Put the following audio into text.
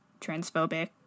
transphobic